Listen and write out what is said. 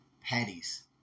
patties